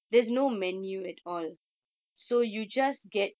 okay